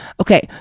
Okay